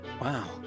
Wow